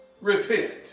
repent